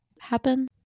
happen